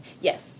Yes